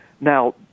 Now